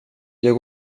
jag